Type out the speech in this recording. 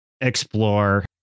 explore